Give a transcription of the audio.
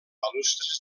balustres